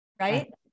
right